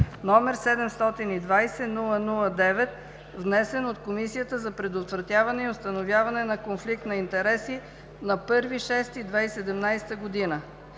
г., № 720-00-9, внесен от Комисията за предотвратяване и установяване на конфликт на интереси на 1 юни 2017 г.